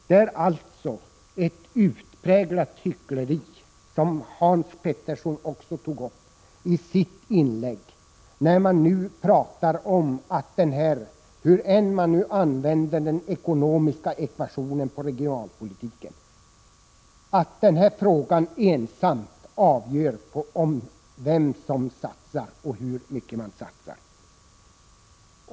Jag vill i likhet med Hans Petersson i Hallstahammar säga att det är ett utpräglat hyckleri att påstå att frågan om det omdiskuterade anslaget — hur man än använder den ekonomiska ekvationen på regionalpolitiken — skulle vara avgörande för vem som satsar och hur mycket man satsar.